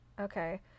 Okay